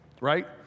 right